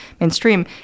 mainstream